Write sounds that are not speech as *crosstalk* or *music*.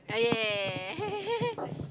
ah yeah yeah yeah yeah yeah yeah yeah yeah *laughs*